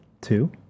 two